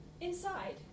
Inside